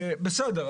בסדר.